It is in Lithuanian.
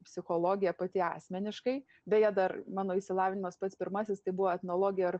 psichologija pati asmeniškai beje dar mano išsilavinimas pats pirmasis tai buvo etnologija ir